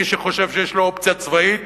מי שחושב שיש לו אופציה צבאית,